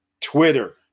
Twitter